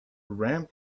ramp